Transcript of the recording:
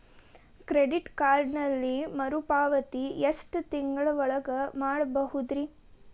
Credit ಕಾರ್ಡಿನಲ್ಲಿ ಮರುಪಾವತಿ ಎಷ್ಟು ತಿಂಗಳ ಒಳಗ ಮಾಡಬಹುದ್ರಿ?